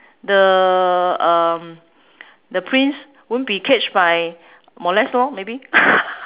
the uh the prince won't be catch by molest lor maybe